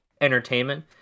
entertainment